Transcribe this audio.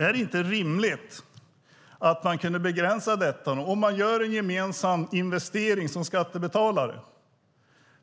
Vore det inte rimligt om man kunde begränsa detta? Om man gör en gemensam investering som skattebetalare